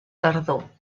tardor